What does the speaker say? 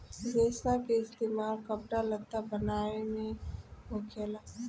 रेसा के इस्तेमाल कपड़ा लत्ता बनाये मे होखेला